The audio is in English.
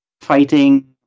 fighting